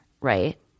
Right